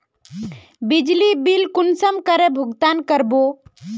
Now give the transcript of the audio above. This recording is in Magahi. बिजली बिल कुंसम करे भुगतान कर बो?